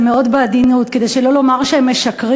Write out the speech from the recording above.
כי אני רוצה לנסח את זה מאוד בעדינות כדי שלא לומר שהם משקרים,